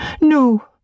No